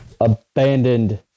abandoned